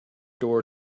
door